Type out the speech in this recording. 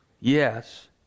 yes